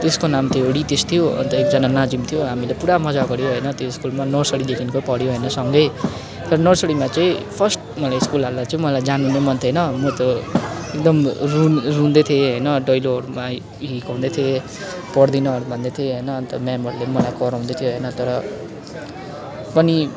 त्यसको नाम थियो रितेश थियो अन्त एकजना नाजिम थियो हामीले पुरा मज्जा गऱ्यो होइन त्यो स्कुलमा नर्सरीदेखिको पढ्यो होइन सँगै तर नर्सरीमा चाहिँ फर्स्ट मलाई स्कुल हाल्दा चाहिँ मलाई जानु नै मन थिएन म त एकदम रुनु रुँदै थिएँ होइन दैलोहरूमा हिकाउँदै थिएँ पढ्दिनहरू भन्दै थिएँ होइन अन्त म्यामहरूले मलाई कराउँदै थियो होइन तर पनि